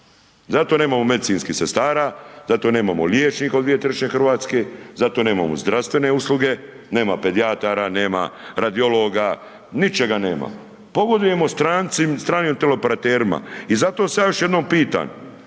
zato nemamo medicinskih sestara, zato nemamo liječnika u 2/3 Hrvatske zato nemamo zdravstvene usluge, nama pedijatara, nema radiologa, ničega nema. Pogodujemo stranim teleoperaterima i zato se ja još jednom pitam,